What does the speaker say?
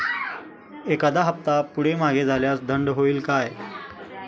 एखादा हफ्ता पुढे मागे झाल्यास दंड होईल काय?